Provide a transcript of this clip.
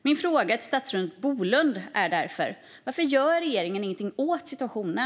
Min fråga till statsrådet Bolund är därför: Varför gör regeringen ingenting åt situationen?